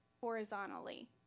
horizontally